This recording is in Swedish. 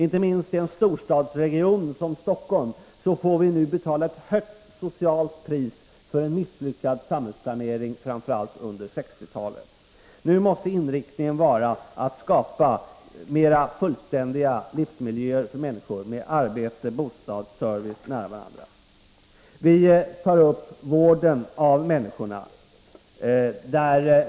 Inte minst i en storstadsregion som Stockholm får vi nu betala ett högt socialt pris för en misslyckad samhällsplanering under framför allt 1960-talet. Nu måste inriktningen vara att skapa fullständigare livsmiljöer för människor, med arbete och servicefunktioner nära bostaden. Vi berör också frågan om vården av människorna.